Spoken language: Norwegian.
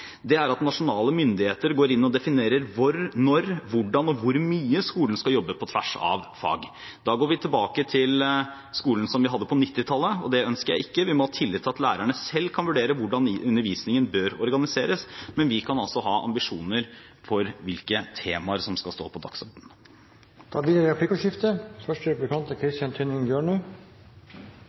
er at nasjonale myndigheter går inn og definerer når, hvordan og hvor mye skolen skal jobbe på tvers av fag. Da går vi tilbake til skolen som vi hadde på 1990-tallet, og det ønsker jeg ikke. Vi må ha tillit til at lærerne selv kan vurdere hvordan undervisningen bør organiseres, men vi kan altså ha ambisjoner for hvilke temaer som skal stå på dagsordenen. Det blir replikkordskifte. Statsråden var inne på det: